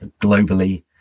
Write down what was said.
globally